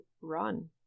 run